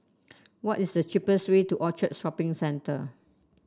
what is the cheapest way to Orchard Shopping Centre